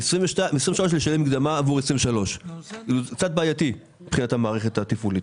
ב-2023 לשלם מקדמה עבור 2023 זה קצת בעייתי מבחינת המערכת התפעולית.